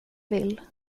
vill